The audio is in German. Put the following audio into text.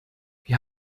wir